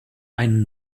einen